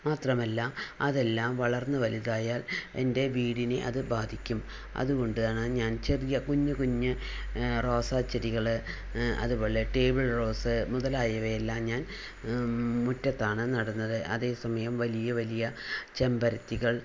മാത്രമല്ല അതെല്ലാം വളർന്ന് വലുതായാൽ എൻ്റെ വീടിനെ അത് ബാധിക്കും അതുകൊണ്ടാണ് ഞാൻ ചെറിയ കുഞ്ഞ് കുഞ്ഞ് റോസാ ചെടികള് അതുപോലെ ടേബിൾ റോസ് മുതലായവയെല്ലാം ഞാൻ മുറ്റത്താണ് നടുന്നത് അതേ സമയം വലിയ വലിയ ചെമ്പരത്തികൾ